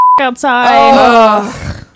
outside